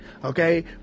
Okay